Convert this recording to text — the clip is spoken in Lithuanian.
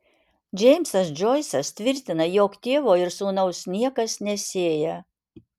džeimsas džoisas tvirtina jog tėvo ir sūnaus niekas nesieja